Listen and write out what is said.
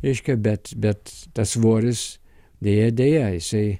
reiškia bet bet tas svoris deja deja jisai